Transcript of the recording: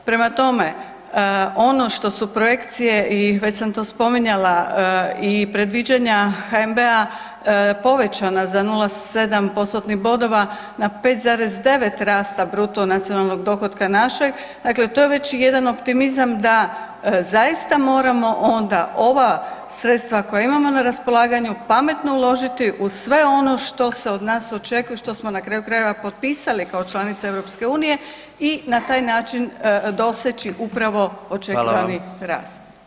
Prema tome, ono što su projekcije i već sam to spominjala i predviđanja HNB-a povećana za 0,7%-tnih bodova na 5,9 rasta BND-a našeg, dakle to je već jedan optimizam da zaista moramo onda ova sredstva koja imamo na raspolaganju, pametno uložiti u sve ono što se od nas očekuje i što smo na kraju krajeva potpisali kao članica EU-a i na taj način doseći upravo očekivani rast.